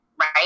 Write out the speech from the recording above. right